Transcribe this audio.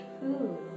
food